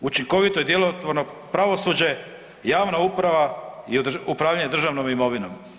Učinkovito i djelotvorno pravosuđe, javna uprava i upravljanje državnom imovinom.